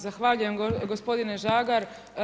Zahvaljujem gospodine Žagar.